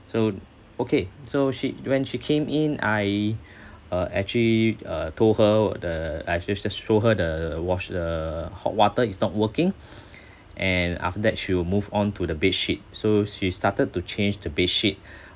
so okay so she when she came in I uh I actually uh told her the I actually just should show her the wash the hot water is not working and after that she will move onto the bedsheet so she started to change the bedsheet